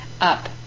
Up